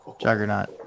Juggernaut